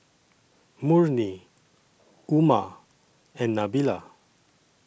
Murni Umar and Nabila